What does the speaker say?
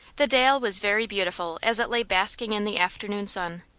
the dale was very beautiful as it lay basking in the afternoon sun.